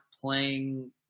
playing